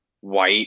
white